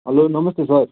hello नमस्ते sir